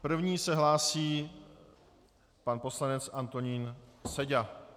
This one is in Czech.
První se hlásí pan poslanec Antonín Seďa.